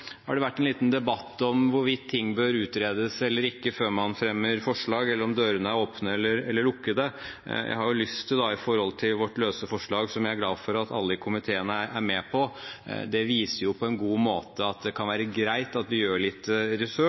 Det har vært en liten debatt om hvorvidt ting bør utredes eller ikke før man fremmer forslag, eller om dører er åpne eller lukkede. Med tanke på vårt løse forslag er jeg glad for at alle i komiteen er med på det. Det viser på en god måte at det kan være greit at vi gjør litt